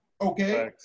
Okay